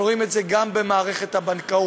אנחנו רואים את זה גם במערכת הבנקאות.